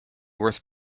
worth